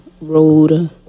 road